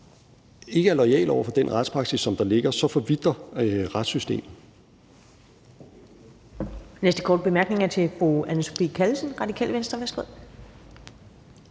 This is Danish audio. ikke er loyal over for den retspraksis, der ligger, forvitrer retssystemet.